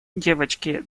девочки